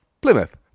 Plymouth